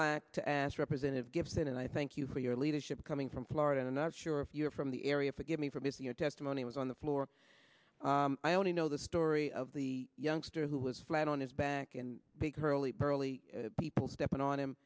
like to ask representative gibson and i thank you for your leadership coming from florida not sure if you're from the area forgive me for missing your testimony was on the floor i only know the story of the youngster who was flat on his back and big hurley early people stepping on him